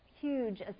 huge